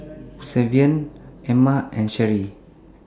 Savion Emma and Sharee